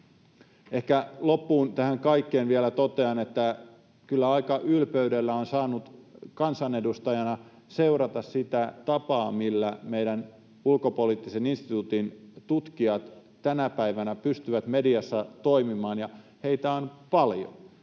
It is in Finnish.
Ehkä loppuun tästä kaikesta vielä totean, että kyllä aika ylpeydellä on saanut kansanedustajana seurata sitä tapaa, millä meidän Ulkopoliittisen instituutin tutkijat tänä päivänä pystyvät mediassa toimimaan, ja heitä on paljon.